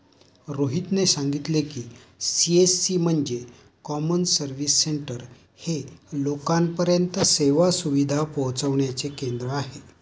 रोहितने सांगितले की, सी.एस.सी म्हणजे कॉमन सर्व्हिस सेंटर हे लोकांपर्यंत सेवा सुविधा पोहचविण्याचे केंद्र आहे